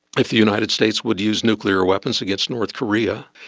if the united states would use nuclear weapons against north korea,